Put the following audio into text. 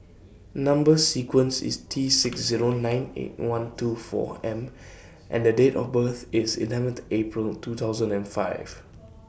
Number sequence IS T six Zero nine eight one two four M and Date of birth IS eleventh April two thousand and five